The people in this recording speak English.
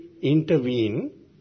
intervene